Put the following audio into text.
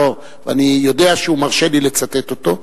ואני יודע שהוא מרשה לי לצטט אותו,